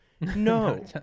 No